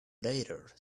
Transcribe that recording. later